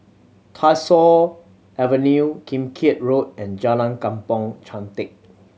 Tyersall Avenue Kim Keat Road and Jalan Kampong Chantek